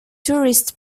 tourists